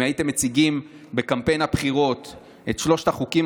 אם הייתם מציגים בקמפיין הבחירות את שלושת החוקים